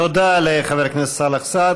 תודה לחבר הכנסת סאלח סעד.